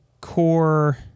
core